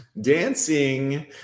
Dancing